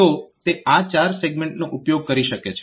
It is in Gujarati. તો તે આ 4 સેગમેન્ટનો ઉપયોગ કરી શકે છે